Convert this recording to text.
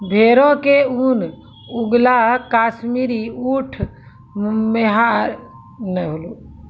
भेड़ो के ऊन, अंगोला, काश्मीरी, ऊंट, मोहायर कुछु एहनो उदाहरण छै जेकरा से हमरा सिनी के पशु रेशा मिलै छै